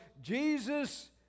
Jesus